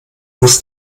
muss